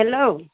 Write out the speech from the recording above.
hello